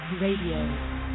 Radio